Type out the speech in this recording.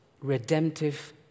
redemptive